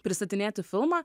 pristatinėti filmą